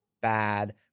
bad